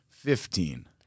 Fifteen